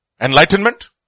enlightenment